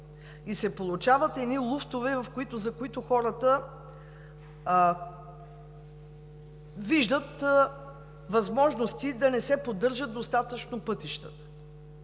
Получават се едни луфтове, в които хората виждат възможности да не се поддържат достатъчно пътищата.